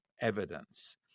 evidence